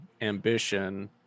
ambition